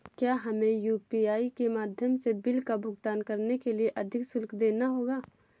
क्या हमें यू.पी.आई के माध्यम से बिल का भुगतान करने के लिए अधिक शुल्क देना होगा?